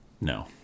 No